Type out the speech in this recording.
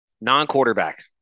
Non-quarterback